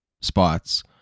spots